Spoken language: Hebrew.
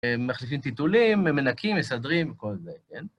מחליפים טיטולים, מנקים, מסדרים, כל זה, כן?